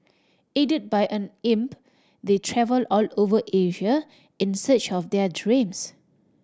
aided by an imp they travel all over Asia in search of their dreams